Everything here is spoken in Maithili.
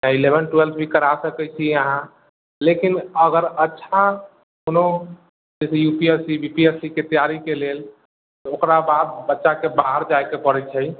एलेवन ट्वेल्व भी करा सकैत छी अहाँ लेकिन अगर अच्छा कोनो U P S C B P S C तैयारीके लेल ओकरा बाद बच्चाके बाहर जायके पड़ैत छै